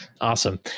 Awesome